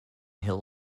hill